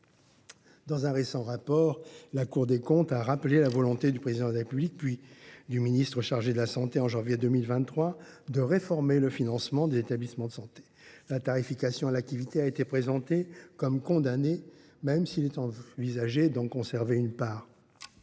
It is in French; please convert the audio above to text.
Dans un récent rapport, la Cour des comptes a rappelé la volonté du Président de la République, puis du ministre chargé de la santé, en janvier 2023, de réformer le financement des établissements de santé. La tarification à l’activité a été présentée comme « condamnée », même s’il est envisagé d’en conserver une part.